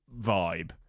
vibe